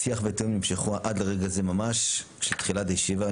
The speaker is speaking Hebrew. השיח והתיאום נמשכו עד לרגע זה ממש, תחילת הישיבה.